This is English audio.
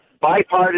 bipartisan